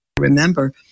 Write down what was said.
remember